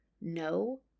no